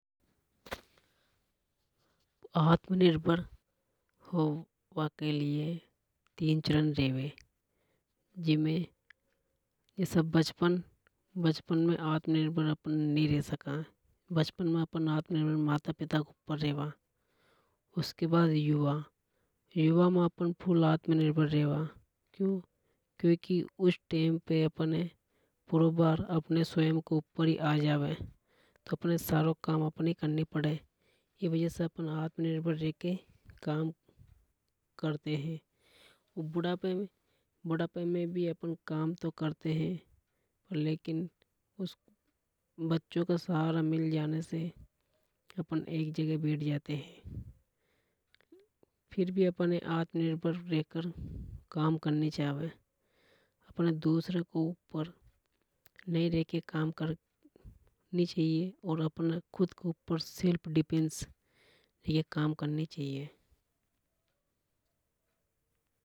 आत्मनिर्भर होबा के लिए तीन चरण रेवे जीमे जैसे बचपन बचपन में अपन आत्मनिर्भर नि रह सका बचपन में अपन आत्मनिर्भर माता पिता के ऊपर रेवा। उसके बाद युवा युवा में अपन फुल आत्मनिर्भर रेवा क्यों क्योंकि उन टेम पे अपनो पुरों भार अपने ऊपर ही आ जावे इ वजह से अपनो सारो काम अपने ही करना पड़े ई वजह से अपन आत्मनिर्भर रेके काम करते है। बुढ़ापे बुढ़ापे में भी हम काम तो करते हे लेकिन बच्चों का सहारा मिल जाने से हम एक जगह बैठ जाते है। फिर भी अपन आत्मनिर्भर रेके काम करनी चावे। अपन दूसरा के ऊपर रेंके काम नि करनी चाहिए और अपन खुद के ऊपर सेल्फडिपेंस के लिए काम करनी चाहिए।